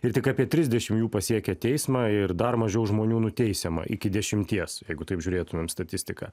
ir tik apie trisdešimt jų pasiekia teismą ir dar mažiau žmonių nuteisiama iki dešimties jeigu taip žiūrėtumėm statistiką